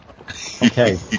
Okay